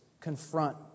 confront